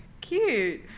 Cute